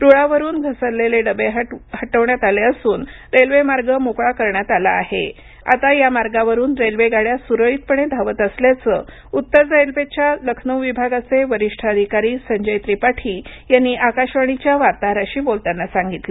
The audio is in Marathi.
रुळावरूनघसरलेलेडबे हटवून असून रेल्वेमार्ग मोकळा करण्यात आला असून आता या मार्गावरूनरेल्वेगाड्यासुरळितपणे धावत असल्याचं उत्तर रेल्वेच्या लखनौ विभागाचे वरिष्ठअधिकारी संजय त्रिपाठीयांनी आकाशवाणीच्या वार्ताहराशी बोलताना सांगितलं